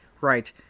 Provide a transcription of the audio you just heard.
Right